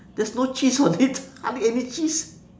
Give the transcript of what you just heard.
there's no cheese on it hardly any cheese